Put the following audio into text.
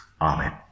Amen